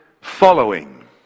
following